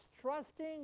trusting